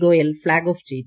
Goyal flag off ചെയ്തു